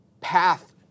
path